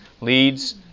leads